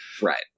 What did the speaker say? Right